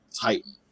Titan